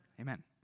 Amen